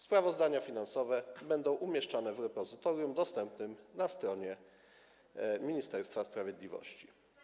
Sprawozdania finansowe będą umieszczane w repozytorium dostępnym na stronie Ministerstwa Sprawiedliwości.